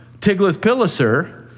Tiglath-Pileser